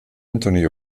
anthony